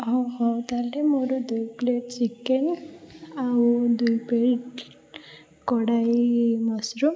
ଆଉ ହେଉ ତାହେଲେ ମୋର ଦୁଇ ପ୍ଲେଟ୍ ଚିକେନ୍ ଆଉ ଦୁଇ ପ୍ଲେଟ୍ କଡ଼ାଇ ମସରୁମ୍